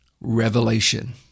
revelation